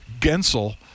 Gensel